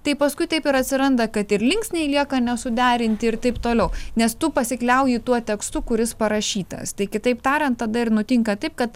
taip paskui taip ir atsiranda kad ir linksniai lieka nesuderinti ir taip toliau nes tu pasikliauji tuo tekstu kuris parašytas tai kitaip tariant tada ir nutinka taip kad